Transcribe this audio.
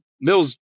Mills